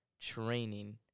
training